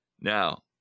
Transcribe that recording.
Now